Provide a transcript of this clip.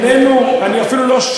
איש ראוי מאוד.